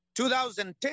2010